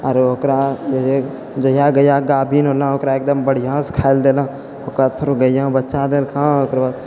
आओर ओकरा जे छै जहिआ गैआ गाभिन होलऽ ओकरा एकदम बढ़िआँसँ खाइ लऽ देलऽ ओकर बाद फेर गैआ बच्चा देलकऽ